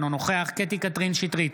אינו נוכח קטי קטרין שטרית,